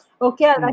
Okay